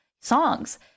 songs